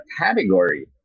category